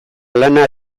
lana